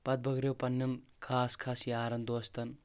پتہٕ بٲگرو پننٮ۪ن خاص خاص یارن دوستن